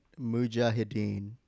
Mujahideen